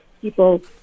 people